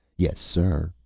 yes, sir,